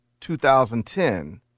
2010